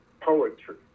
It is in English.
poetry